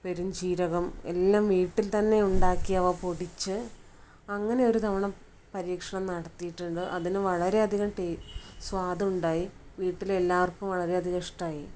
പെരുംജീരകം എല്ലാം വീട്ടിൽ തന്നെ ഉണ്ടാക്കി അവ പൊടിച്ച് അങ്ങനെ ഒരു തവണ പരീക്ഷണം നടത്തിട്ടുണ്ട് അതിന് വളരെ അധികം ടേ സ്വാദ് ഉണ്ടായി വീട്ടിൽ എല്ലാവർക്കും വളരെ അധികം ഇഷ്ടമായി